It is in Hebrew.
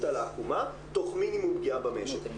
על העקומה תוך מינימום פגיעה במשק.